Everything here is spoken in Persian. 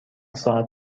ساعت